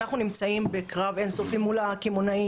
אנחנו נמצאים בקרב אין סופי מול הקמעונאים,